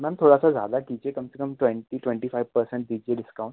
ma'am थोड़ा सा ज़्यादा कीजिए कम से कम ट्वेंटी ट्वेंटी फ़ाइव पर्सेन्ट दीजिए डिस्काउंट